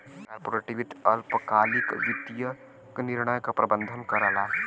corporate वित्त अल्पकालिक वित्तीय निर्णय क प्रबंधन करला